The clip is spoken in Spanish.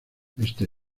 este